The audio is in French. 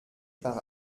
par